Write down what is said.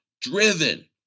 driven